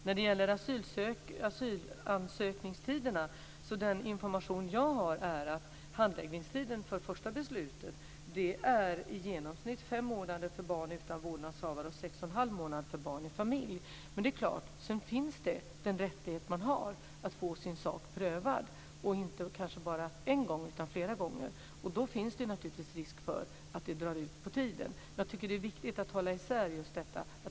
När det gäller asylansökningstiderna är den information jag har att handläggningstiden för första beslutet i genomsnitt är fem månader för barn utan vårdnadshavare och sex och en halv månad för barn i familj. Sedan är det klart att man har rättighet att få sin sak prövad, och kanske inte bara en gång utan flera gånger. Då finns det naturligtvis risk för att det drar ut på tiden. Jag tycker att det är viktigt att hålla i sär just detta.